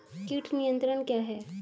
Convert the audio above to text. कीट नियंत्रण क्या है?